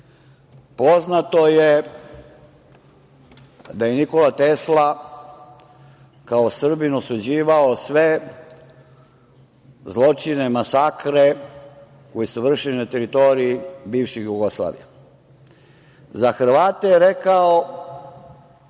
rata. Poznato je da je Nikola Tesla kao Srbin osuđivao sve zločine, masakre, koji su se vršili na teritoriji bivših Jugoslavija. Za Hrvate je rekao